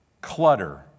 Clutter